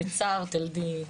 בצער תלדי.